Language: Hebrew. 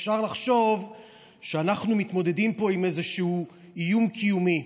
אפשר לחשוב שאנחנו מתמודדים פה עם איזה איום קיומי.